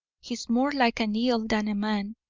he's more like an eel than a man.